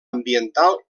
ambiental